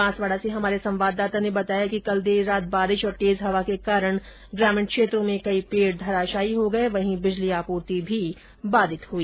बांसवाडा से हमारे संवाददाता ने बताया कि कल देर रात बारिश और तेज हवा के कारण ग्रार्मीण क्षेत्रों में कई पेड धराशाही हो गये वहीं बिजली आपूर्ति बाधित रही